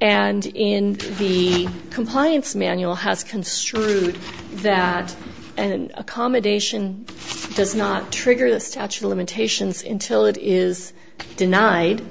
and in the compliance manual has construed that an accommodation does not trigger the statute of limitations in till it is denied